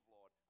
Lord